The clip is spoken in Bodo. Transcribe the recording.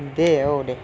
दे औ दे